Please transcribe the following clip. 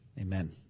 Amen